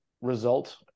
result